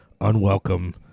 unwelcome